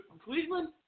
Cleveland